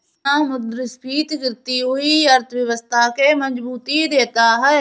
पुनःमुद्रस्फीति गिरती हुई अर्थव्यवस्था के मजबूती देता है